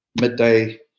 midday